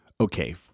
Okay